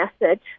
message